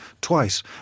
twice